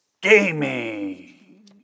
Gaming